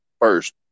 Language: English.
First